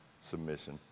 submission